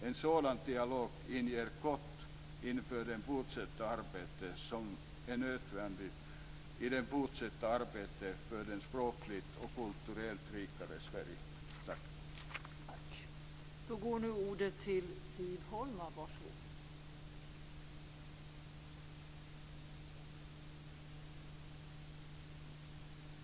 En sådan dialog lovar gott inför det fortsatta samarbetet som är nödvändigt i det fortsatta arbetet för ett språkligt och kulturellt rikare Sverige. Tack!